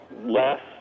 less